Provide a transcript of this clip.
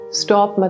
stop